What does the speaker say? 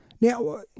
Now